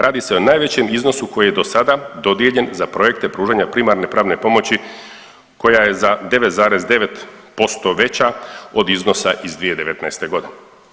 Radi se o najvećem iznosu koji je dosada dodijeljen za projekte pružanja primarne pravne pomoći koja je za 9,9% veća od iznosa iz 2019. godine.